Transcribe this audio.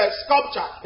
sculpture